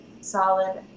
solid